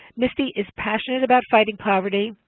misty is passionate about fighting poverty.